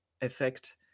effect